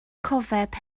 cofeb